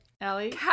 Allie